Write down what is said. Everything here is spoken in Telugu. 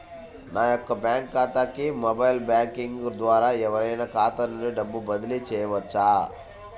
నా యొక్క బ్యాంక్ ఖాతాకి మొబైల్ బ్యాంకింగ్ ద్వారా ఎవరైనా ఖాతా నుండి డబ్బు బదిలీ చేయవచ్చా?